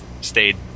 stayed